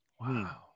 wow